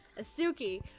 Asuki